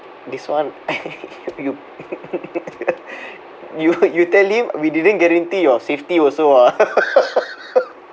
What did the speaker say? this one you you you tell him we didn't guarantee your safety also ah